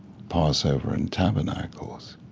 passover and tabernacles,